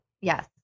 Yes